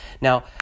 Now